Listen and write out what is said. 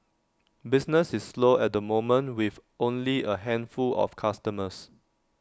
business is slow at the moment with only A handful of customers